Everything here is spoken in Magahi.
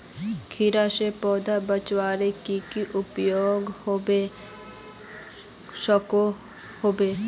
कीड़ा से पौधा बचवार की की उपाय होबे सकोहो होबे?